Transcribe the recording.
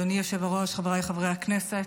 אדוני היושב-ראש, חבריי חברי הכנסת,